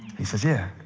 he says, yeah,